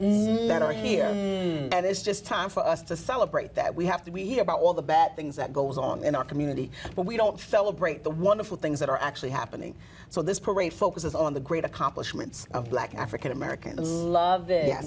men are here and it's just time for us to celebrate that we have to we hear about all the bad things that goes on in our community but we don't fell a break the wonderful things that are actually happening so this program focuses on the great accomplishments of black african americans love